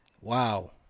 wow